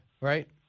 right